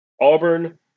auburn